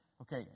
Okay